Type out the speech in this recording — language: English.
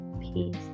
peace